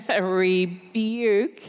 rebuke